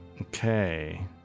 Okay